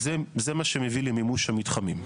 זה מה שמביא למימוש המתחמים.